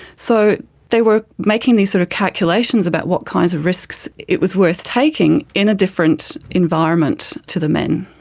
so they were making these sort of calculations about what kinds of risks it was worth taking in a different environment to the men.